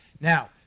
Now